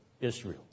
Israel